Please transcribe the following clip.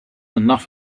enough